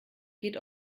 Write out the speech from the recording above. geht